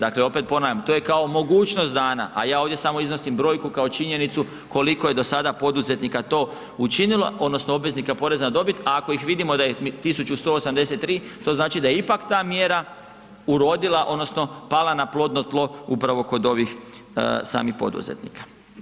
Dakle, opet ponavljam to je kao mogućnost dana, a ja ovdje samo iznosim brojku kao činjenicu koliko je do sada poduzetnika to učinilo, odnosno obveznika poreza na dobit, a ako ih vidimo da je 1.183 to znači da je ipak ta mjera urodila odnosno pala na plodno tlo upravo kod ovih samih poduzetnika.